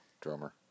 Drummer